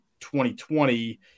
2020